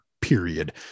period